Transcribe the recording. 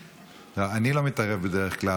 אני לא מתערב בדרך כלל,